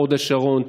הוד השרון,